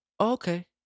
Okay